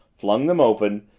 flung them open,